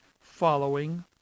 following